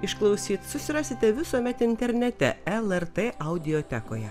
išklausyt susirasite visuomet internete lrt audiotekoje